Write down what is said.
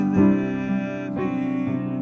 living